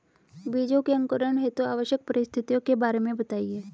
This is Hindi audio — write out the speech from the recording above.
बीजों के अंकुरण हेतु आवश्यक परिस्थितियों के बारे में बताइए